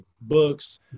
books